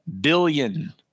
billion